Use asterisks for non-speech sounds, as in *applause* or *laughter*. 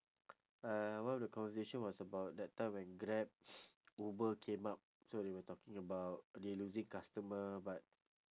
uh one of the conversation was about that time when grab *noise* uber came out so they were talking about they losing customer but